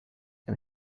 and